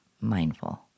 mindful